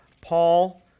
Paul